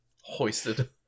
Hoisted